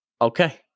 okay